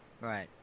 Right